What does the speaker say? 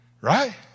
right